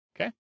Okay